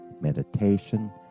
meditation